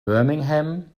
birmingham